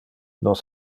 nos